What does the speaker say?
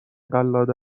قلاده